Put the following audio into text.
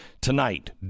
Tonight